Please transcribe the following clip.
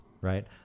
right